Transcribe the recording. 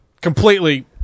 completely